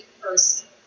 person